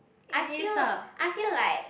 I feel I feel like